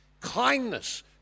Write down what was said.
Kindness